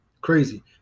crazy